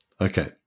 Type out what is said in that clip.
Okay